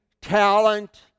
talent